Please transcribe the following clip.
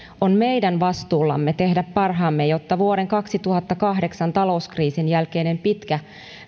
on meidän vastuullamme tehdä parhaamme jotta vuoden kaksituhattakahdeksan talouskriisin jälkeinen pitkä